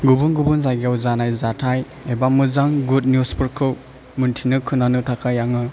गुबुन गुबुन जाइगायाव जानाय जाथाइ एबा मोजां गुड निउसफोरखौ मोनथिनो खोनानो थाखाइ आङो